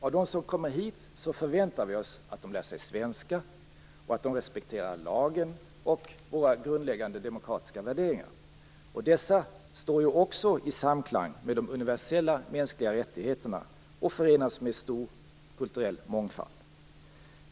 Av de som kommer hit, förväntar vi oss att de lär sig svenska, att de respekterar lagen och att de respekterar våra grundläggande demokratiska värderingar. Dessa står ju också i samklang med de universella mänskliga rättigheterna och förenas med stor kulturell mångfald.